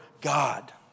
God